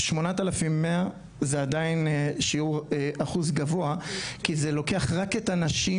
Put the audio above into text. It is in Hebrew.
8,100 זה עדיין שיעור אחוז גבוה כי זה לוקח רק את הנשים